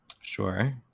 Sure